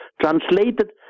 translated